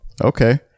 Okay